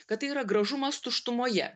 kad tai yra gražumas tuštumoje